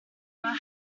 but